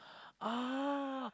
ah